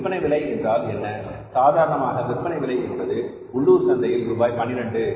விற்பனை விலை என்றால் என்ன சாதாரணமாக விற்பனை விலை என்பது உள்ளூர் சந்தையில் ரூபாய் 12